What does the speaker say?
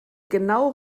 genau